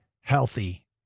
healthy